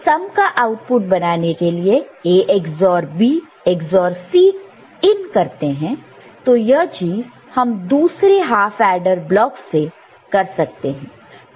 सम का आउटपुट बनाने के लिए A XOR B XOR Cin करते हैं तो यह चीज हम दूसरे हाफ एडर ब्लॉक से कर सकते हैं